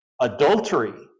adultery